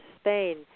Spain